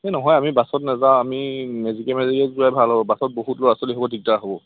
এই নহয় আমি বাছত নাযাওঁ আমি মেজিকে মেজিকে যোৱাই ভাল হ'ব বাছত বহুত ল'ৰা ছোৱালী হ'ব দিগদাৰ হ'ব